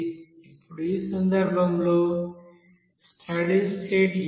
ఇప్పుడు ఈ సందర్భంలో స్టడీ స్టేట్ ఏమిటి